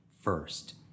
first